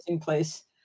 place